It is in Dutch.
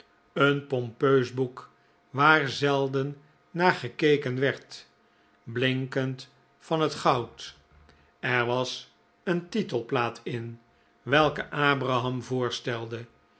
een pompeus boek waar zelden naar gekekenwerd blinkend van het goud er was een titelplaat in welke abraham voorstelde